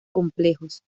complejos